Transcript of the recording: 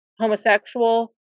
homosexual